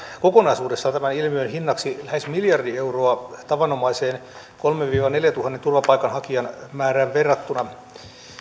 kokonaisuudessaan tämän ilmiön hinnaksi lähes miljardi euroa tavanomaiseen kolmentuhannen viiva neljäntuhannen turvapaikanhakijan määrään verrattuna